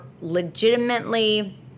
legitimately